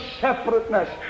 separateness